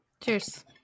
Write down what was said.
cheers